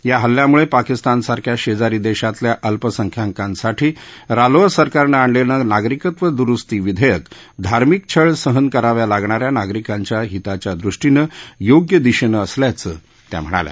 या हल्ल्यामुळे पाकिस्तानसारख्या शेजारी देशातल्या अल्पसंख्याकांसाठी रालोआ सरकारनं आणलेलं नागरिकत्व दुरुस्ती विधेयक धार्मिक छळ सहन कराव्या लागणा या नागरिकांच्या हिताच्या दृष्टीनं योग्य दिशेनं असल्याचं त्या म्हणाल्या